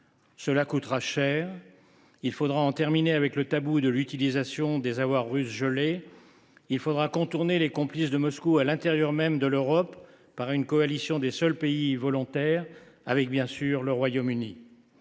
Cela coûtera cher. Il faudra donc en finir avec le tabou de l’utilisation des avoirs russes gelés. Il faudra aussi contourner les complices de Moscou à l’intérieur même de l’Europe, en formant une coalition des seuls pays volontaires, avec bien sûr le Royaume Uni.